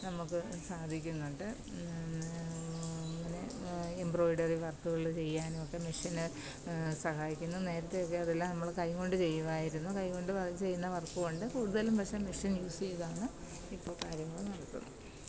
നമുക്ക് സാധിക്കുന്നുണ്ട് പിന്നെ എംബ്രോയ്ഡറി വര്ക്ക്കൾ ചെയ്യാനും ഒക്കെ മിഷ്യന് സഹായിക്കുന്നു നേരത്തേയൊക്കെ അതെല്ലാം നമ്മൾ കൈ കൊണ്ട് ചെയ്യുമായിരുന്നു കൈ കൊണ്ട് അത് ചെയ്യുന്ന വര്ക്കുമുണ്ട് കൂടുതലും വശം മെഷിന് യൂസ് ചെയ്താണ് ഇപ്പോൾ കാര്യങ്ങൾ നടത്തുന്നു